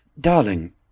darling